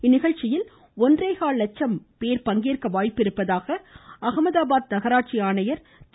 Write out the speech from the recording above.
இந்நிகழ்ச்சியில் ஒன்னேகால் லட்சம் பேர் பங்கேற்க வாய்ப்புள்ளதாக அஹமாதாபாத் நகராட்சி ஆணையர் திரு